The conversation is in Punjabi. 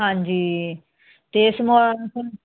ਹਾਂਜੀ ਅਤੇ ਸਮਾਨ ਸਾਨੂੰ